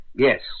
Yes